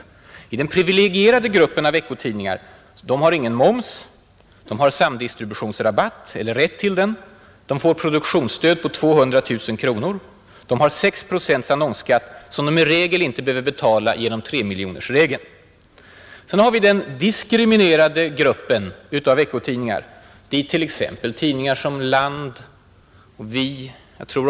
Veckotidningarna i den privilegierade gruppen har ingen moms, de har rätt till samdistributionsrabatt, de får produktionsstöd på 200 000 kronor, de har 6 procents annonsskatt som de i regel inte behöver betala på grund av tremiljonersregeln. Sedan har vi den diskriminerade gruppen av veckotidningar, dit tidningar som Land och Vi hör.